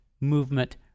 movement